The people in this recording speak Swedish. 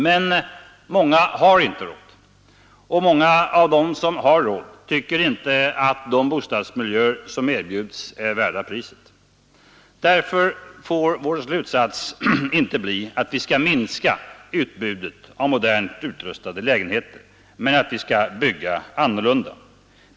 Men många har inte råd, och många av dem som har råd tycker inte att de bostadsmiljöer som erbjuds är värda priset. Därför får vår slutsats inte bli att vi skall minska utbudet av modernt utrustade lägenheter, men att vi skall bygga annorlunda.